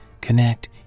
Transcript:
connect